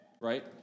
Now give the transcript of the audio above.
right